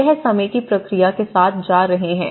यह समय की प्रक्रिया के साथ जा रहे है